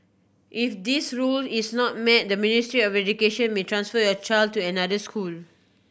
if this rule is not met the Ministry of Education may transfer your child to another school